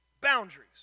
boundaries